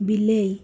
ବିଲେଇ